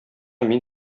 мин